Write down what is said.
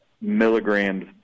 milligrams